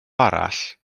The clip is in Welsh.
arall